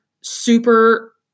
super